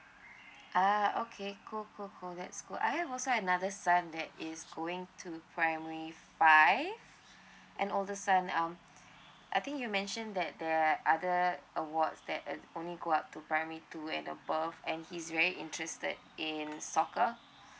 ah okay cool cool cool that's good I have also another son that is going to primary five and all the son um I think you mentioned that there are other awards that uh only go up to primary two and above and he's very interested in soccer